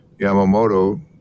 Yamamoto